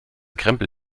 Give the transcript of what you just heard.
krempel